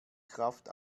kraft